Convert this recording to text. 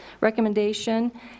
recommendation